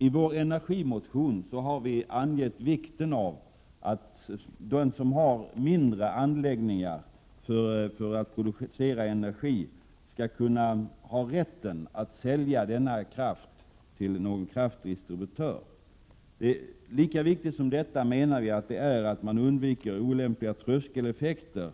I folkpartiets energimotion har vi angett vikten av att de som har mindre anläggningar för att producera energi skall ha rätt att sälja denna kraft till någon kraftdistributör. Lika viktigt som detta är att olämpliga tröskeleffekter